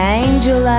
angel